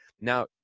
Now